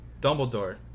Dumbledore